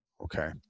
Okay